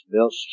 Bill